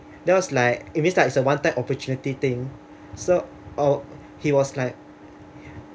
that was like it means like a one time opportunity thing so I'll he was like